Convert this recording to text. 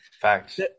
facts